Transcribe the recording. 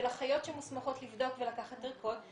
של אחיות שמוסמכות לבדוק ולקחת ערכות.